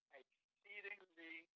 exceedingly